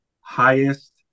highest